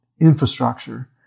infrastructure